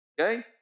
Okay